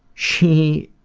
she,